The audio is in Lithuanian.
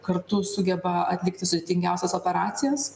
kartu sugeba atlikti sudėtingiausias operacijas